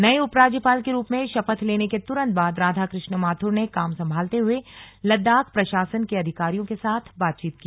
नये उपराज्यपाल के रूप में शपथ लेने के तुरन्त बाद राधा कृष्ण माथुर ने काम संभालते हुए लद्दाख प्रशासन के अधिकारियों के साथ बातचीत की